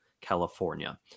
California